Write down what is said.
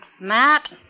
Matt